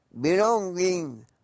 belonging